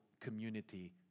community